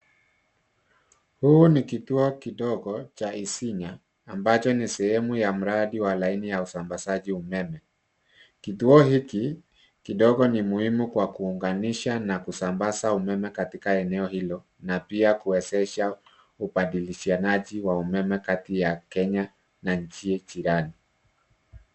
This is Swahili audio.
Huu ni kituo kidogo cha isinya ambacho ni sehemu ya mradi wa laini ya usambazaji wa umeme. Kituo hiki kidogo ni muhimu kwa kuunganisha na kusambaza umeme katika eneo hilo na pia kuwezesha ubadilishanaji wa umeme kati ya Kenya na nchi jirani.